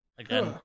Again